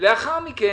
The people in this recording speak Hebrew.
ולאחר מכן,